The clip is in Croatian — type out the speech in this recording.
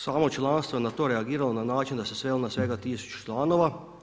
Samo članstvo je na to reagiralo na način da se svelo na svega 1000 članova.